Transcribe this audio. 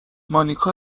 مانیکا